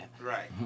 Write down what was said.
Right